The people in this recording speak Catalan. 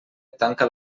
tanca